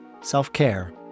self-care